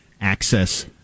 access